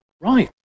right